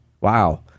wow